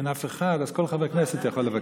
שאם אין אף אחד, אז כל חבר כנסת יכול לבקש.